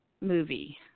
movie